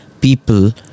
people